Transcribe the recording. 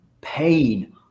pain